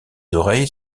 oreilles